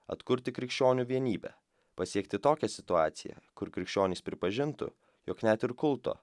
atkurti krikščionių vienybę pasiekti tokią situaciją kur krikščionys pripažintų jog net ir kulto